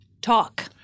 Talk